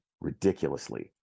ridiculously